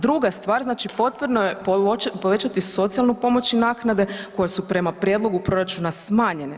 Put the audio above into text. Druga stvar znači potrebno je povećati socijalnu pomoć i naknade koje su prema prijedlogu proračuna smanjene.